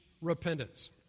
repentance